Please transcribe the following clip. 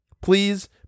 Please